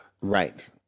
Right